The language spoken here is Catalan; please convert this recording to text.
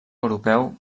europeu